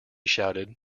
shouted